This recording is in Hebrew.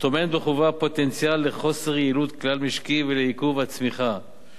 טומנת בחובה פוטנציאל לחוסר יעילות כלל-משקי ולעיכוב הצמיחה,